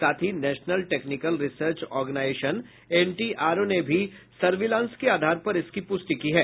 साथ ही national technical research organisation NTRO ने भी सर्विलांस के आधार पर इसकी पुष्टि की है